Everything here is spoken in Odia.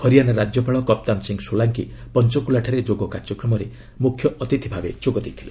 ହରିୟାନା ରାଜ୍ୟପାଳ କପ୍ତାନ ସିଂ ସୋଲାଙ୍କି ପଞ୍ଜକୁଲାଠାରେ ଯୋଗ କାର୍ଯ୍ୟକ୍ରମରେ ମୁଖ୍ୟ ଅତିଥି ଭାବେ ଯୋଗ ଦେଇଥିଲେ